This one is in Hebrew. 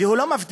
והוא לא מבדיל,